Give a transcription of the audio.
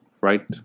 right